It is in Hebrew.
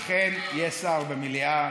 אכן יש שר במליאה,